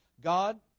God